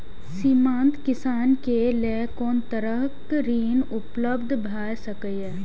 सीमांत किसान के लेल कोन तरहक ऋण उपलब्ध भ सकेया?